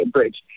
Bridge